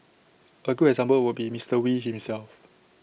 A good example would be Mister wee himself